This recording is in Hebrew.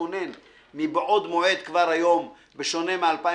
מתוכנן מבעוד מועד כבר היום בשונה מ-2015,